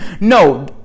no